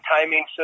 timing